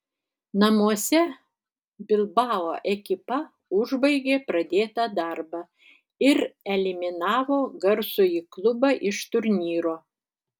namuose bilbao ekipa užbaigė pradėtą darbą ir eliminavo garsųjį klubą iš turnyro